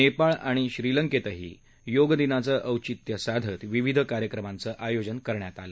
नेपाळ आणि श्रीलंकेतही योगदिनाचं औचित्य साधत विविध कार्यक्रमाचं आयोजन करण्यात आलं